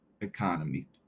economy